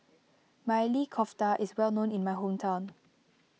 Maili Kofta is well known in my hometown